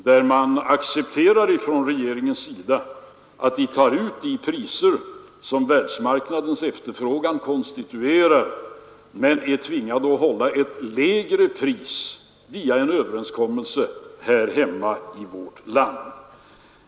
Regeringen accepterar att sågverken tar ut de priser som världsmarknadens efterfrågan konstituerar, men sågverken är tvingade att hålla ett lägre pris här hemma i vårt land via en överenskommelse.